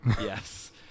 yes